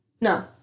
no